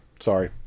Sorry